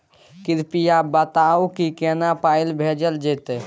कृपया बताऊ की केना पाई भेजल जेतै?